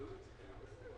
אני.